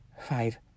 five